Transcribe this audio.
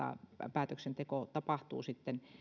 päätöksenteko tapahtuu